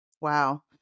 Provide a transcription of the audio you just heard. Wow